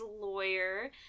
lawyer